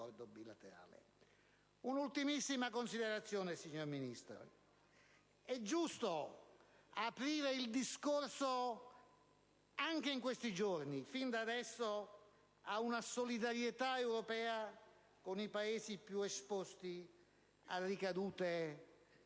un'ultimissima considerazione, signor Ministro. È giusto aprire il discorso anche in questi giorni, fin da adesso, ad una solidarietà europea con i Paesi più esposti a ricadute in